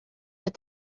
that